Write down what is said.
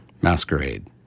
Masquerade